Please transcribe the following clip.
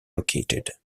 located